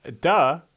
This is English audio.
Duh